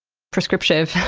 prescriptive,